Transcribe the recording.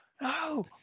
no